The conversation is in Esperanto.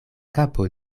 kapo